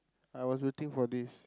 I was waiting for this